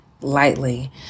lightly